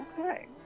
Okay